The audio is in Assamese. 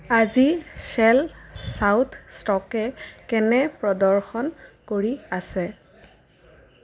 আজি শ্বেল চাউথ ষ্ট'কে কেনে প্ৰদৰ্শন কৰি আছে